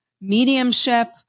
mediumship